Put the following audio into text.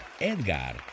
Edgar